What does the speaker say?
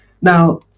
Now